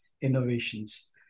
innovations